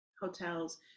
hotels